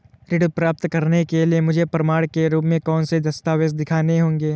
ऋण प्राप्त करने के लिए मुझे प्रमाण के रूप में कौन से दस्तावेज़ दिखाने होंगे?